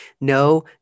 No